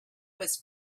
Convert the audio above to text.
was